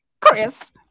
Chris